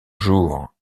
jours